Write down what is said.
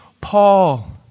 Paul